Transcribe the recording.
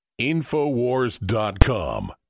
Infowars.com